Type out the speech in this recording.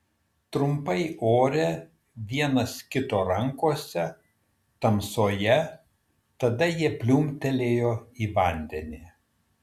trumpai ore vienas kito rankose tamsoje tada jie pliumptelėjo į vandenį